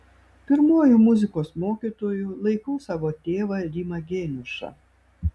pirmuoju muzikos mokytoju laikau savo tėvą rimą geniušą